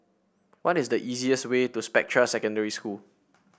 what is the easiest way to Spectra Secondary School